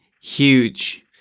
huge